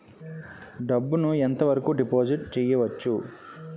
డబ్బు ను ఎంత వరకు డిపాజిట్ చేయవచ్చు?